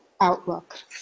outlook